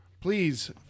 Please